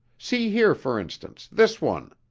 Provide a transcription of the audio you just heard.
see here, for instance, this one.